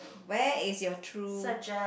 where is your true